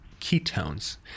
ketones